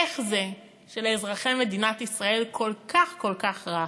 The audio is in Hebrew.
איך זה שלאזרחי מדינת ישראל כל כך כל כך רע?